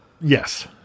Yes